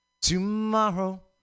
Tomorrow